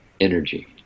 energy